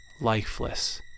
lifeless